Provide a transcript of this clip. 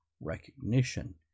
recognition